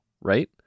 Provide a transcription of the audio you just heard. right